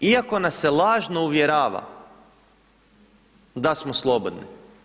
Iako nas se lažno uvjerava da smo slobodni.